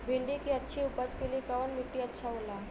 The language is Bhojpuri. भिंडी की अच्छी उपज के लिए कवन मिट्टी अच्छा होला?